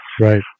right